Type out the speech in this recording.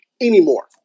anymore